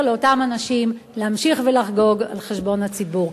לאותם אנשים להמשיך ולחגוג על חשבון הציבור.